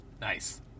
Nice